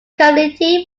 committee